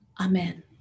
amen